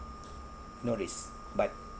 no risk but